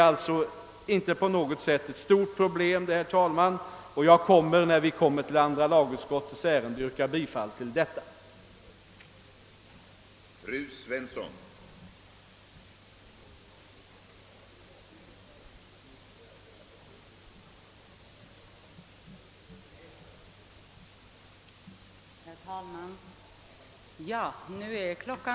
Något stort problem rör det sig inte om, herr talman, och jag kommer, sedan andra lagutskottets utlåtande nr 73 föredragits, att yrka bifall till utskottets hemställan.